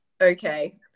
Okay